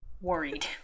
worried